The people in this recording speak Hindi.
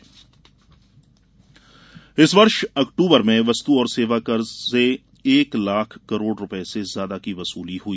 जीएसटी इस वर्ष अक्टूबर में वस्तु और सेवा कर से एक लाख करोड़ रुपये से ज्यादा की वसूली हुई